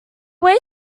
way